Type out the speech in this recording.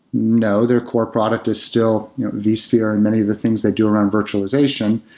no. their core product is still vsphere and many of the things that do run virtualization.